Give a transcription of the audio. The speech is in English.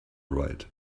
right